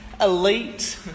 elite